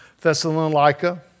Thessalonica